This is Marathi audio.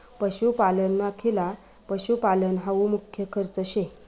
पशुपालनमा खिला पशुपालन हावू मुख्य खर्च शे